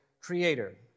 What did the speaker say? Creator